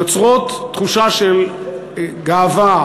ויוצרות תחושה של גאווה,